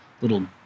little